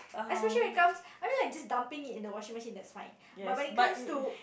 especially when it comes I mean like just dumping it into the washing machine that's fine but when it comes to